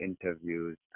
interviews